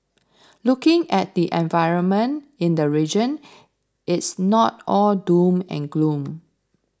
looking at the environment in the region it's not all doom and gloom